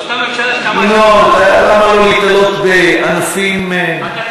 למה לא להיתלות בענפים, אתה,